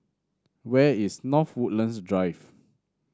where is North Woodlands Drive